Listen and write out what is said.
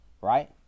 Right